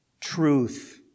truth